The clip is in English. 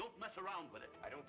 don't mess around with it i don't